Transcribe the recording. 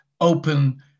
open